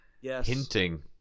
hinting